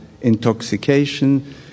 intoxication